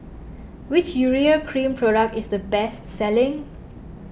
which Urea Cream product is the best selling